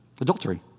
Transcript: Adultery